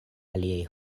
aliaj